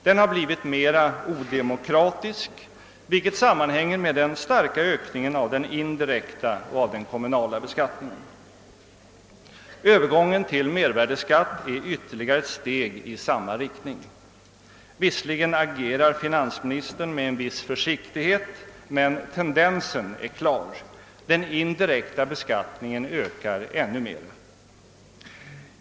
Den har blivit mera odemokratisk, vilket sammanhänger med den starka ökningen av den indirekta och av den kommunala beskattningen. Övergången till mervärdeskatt är ytterligare ett steg i samma riktning. Visserligen agerar finansministern med en viss försiktighet, men tendensen är klar: den indirekta beskattningen ökar ännu mer.